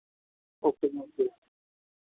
okay ਜੀ okay